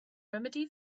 remedy